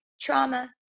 Trauma